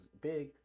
big